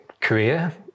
career